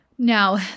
Now